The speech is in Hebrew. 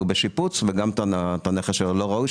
בשיפוץ וגם את הנתון של הנכס הלא ראוי,